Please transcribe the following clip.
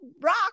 rock